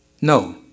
No